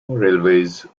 railways